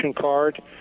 card